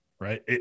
right